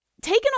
taken